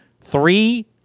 three